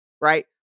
right